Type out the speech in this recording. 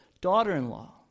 daughter-in-law